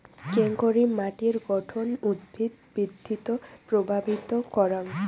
কেঙকরি মাটির গঠন উদ্ভিদ বৃদ্ধিত প্রভাবিত করাং?